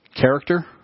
character